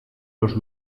los